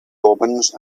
omens